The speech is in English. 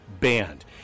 banned